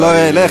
לא אליך.